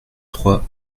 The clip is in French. trois